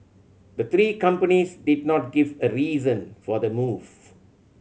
the three companies did not give a reason for the move